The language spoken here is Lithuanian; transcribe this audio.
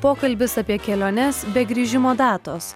pokalbis apie keliones be grįžimo datos